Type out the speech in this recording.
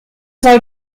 soll